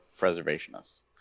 preservationists